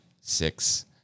six